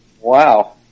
Wow